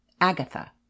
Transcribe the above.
Agatha